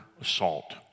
assault